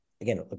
again